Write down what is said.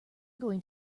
going